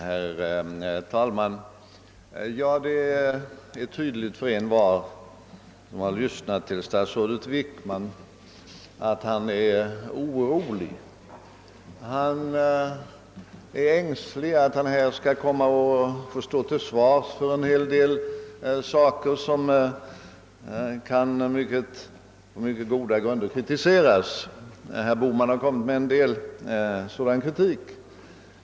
Herr talman! Det är tydligt för envar som har lyssnat till statsrådet Wickman att han är orolig. Han är ängslig att han skall komma att få stå till svars för en hel del saker som på mycket goda grunder kan kritiseras; herr Bohman har redan framfört en del sådan kritik.